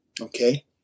Okay